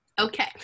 Okay